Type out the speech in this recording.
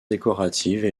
décorative